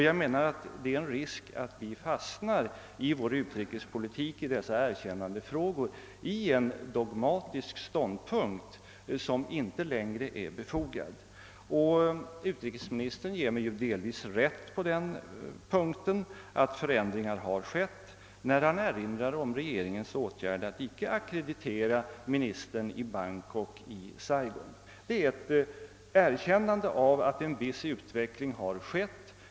Jag menar att det föreligger en risk att vår utrikespolitik när det gäller dessa erkännandefrågor fastnar i en dogmatisk ståndpunkt som inte längre är befogad. Utrikesministern ger mig ju delvis rätt i att förändringar har skett, när han erinrar om regeringens åtgärd att icke ackreditera ministern i Bangkok i Saigon. Det är ett erkännande av att en viss utveckling skett.